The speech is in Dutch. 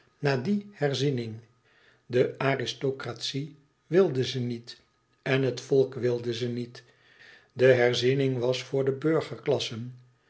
na die herziening de aristocratie wilde ze niet en het volk wilde ze niet de herziening was voor de